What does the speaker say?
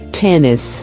tennis